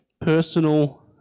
personal